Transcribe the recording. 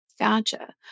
Gotcha